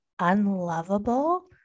unlovable